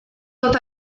tot